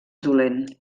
dolent